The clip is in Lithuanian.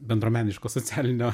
bendruomeniško socialinio